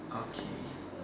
okay